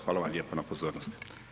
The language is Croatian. Hvala vam lijepa na pozornosti.